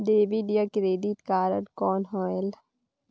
Debit या credit card कौन होएल?